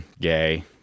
gay